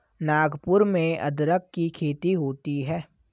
नागपुर में अदरक की खेती होती है